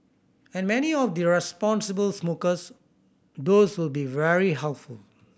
and many of the responsible smokers those will be very helpful